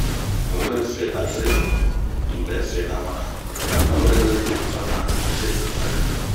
Mi wuree fee afere, n'nɛ fena mana. mi wure yafana ami fe afere.